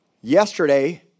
Yesterday